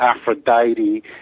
Aphrodite